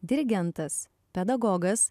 dirigentas pedagogas